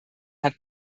hat